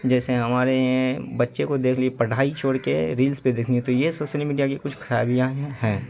جیسے ہمارے بچے کو دیکھ لیے پڑھائی چھوڑ کے ریلس پہ دیکھنی ہے یہ سوسل میڈیا کے کچھ خرابیاں ہیں ہیں